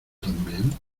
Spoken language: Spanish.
también